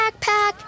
backpack